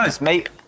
mate